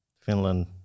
Finland